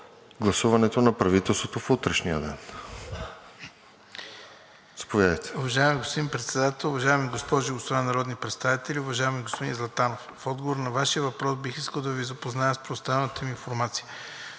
гласуването на правителството в утрешния ден.